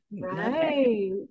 Right